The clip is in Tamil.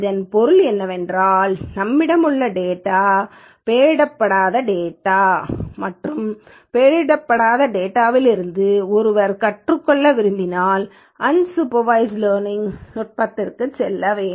இதன் பொருள் என்னவென்றால் நம்மிடம் உள்ள டேட்டா பெயரிடப்படாத டேட்டா மற்றும் பெயரிடப்படாத இந்த டேட்டாவிலிருந்து ஒருவர் கற்றுக்கொள்ள விரும்பினால் அன்சூப்பர்வய்ஸ்ட் லேர்னிங் நுட்பத்திற்கு ஒருவர் செல்ல வேண்டும்